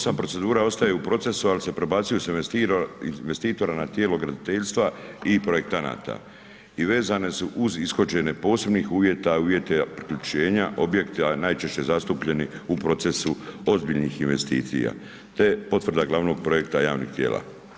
8 procedura ostaje u procesu, al se prebacuju s investitora na tijelo graditeljstva i projektanata i vezane su uz ishođenje posebnih uvjeta i uvjeta priključenja objekta najčešće zastupljenih u procesu ozbiljnih investicija, te potvrda glavnog projekta javnih tijela.